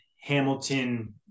Hamilton